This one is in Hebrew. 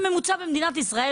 שר בממוצע במדינת ישראל,